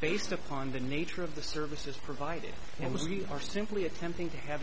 based upon the nature of the services provided and we are simply attempting to hav